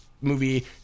movie